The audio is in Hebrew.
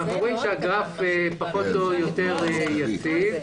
אנחנו רואים שהגרף פחות או יותר יציב.